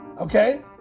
okay